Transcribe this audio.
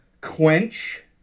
quench